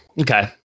okay